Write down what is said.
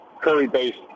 curry-based